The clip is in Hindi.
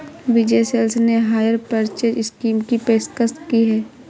विजय सेल्स ने हायर परचेज स्कीम की पेशकश की हैं